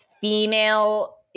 female